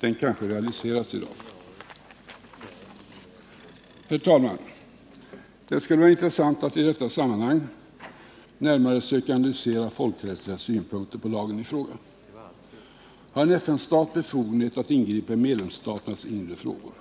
Den realiseras kanske i dag. Herr talman! Det skulle vara intressant att i detta sammanhang närmare söka analysera folkrättsliga synpunkter på lagen i fråga. Har en FN-stat befogenhet att ingripa i medlemsstaternas inre frågor?